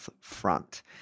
Front